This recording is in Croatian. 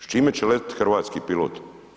S čime će letit hrvatski pilot?